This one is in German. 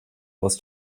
aus